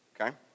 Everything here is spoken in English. Okay